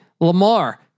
Lamar